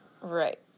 Right